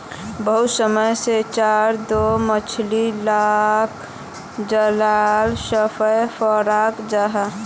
बहुत समय से चारा दें मछली लाक जालोत फसायें पक्राल जाहा